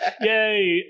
Yay